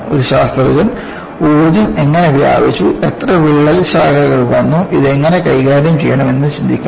ഒരു ശാസ്ത്രജ്ഞൻ ഊർജ്ജം എങ്ങനെ വ്യാപിച്ചു എത്ര വിള്ളൽ ശാഖകൾ വന്നു ഇത് എങ്ങനെ കൈകാര്യം ചെയ്യണം എന്ന് ചിന്തിക്കണം